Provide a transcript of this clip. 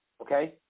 Okay